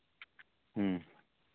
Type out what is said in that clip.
ᱦᱮᱸ